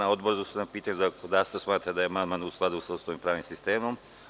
Odbor za ustavna pitanja i zakonodavstvo smatra da je amandman u skladu sa ustavom i pravnim sistemom.